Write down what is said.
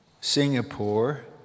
Singapore